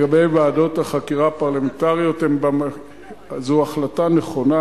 לגבי ועדות החקירה הפרלמנטריות זו החלטה נכונה,